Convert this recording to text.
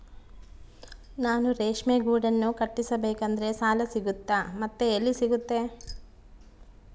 ನಾನು ರೇಷ್ಮೆ ಗೂಡನ್ನು ಕಟ್ಟಿಸ್ಬೇಕಂದ್ರೆ ಸಾಲ ಸಿಗುತ್ತಾ ಮತ್ತೆ ಎಲ್ಲಿ ಸಿಗುತ್ತೆ?